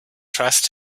trust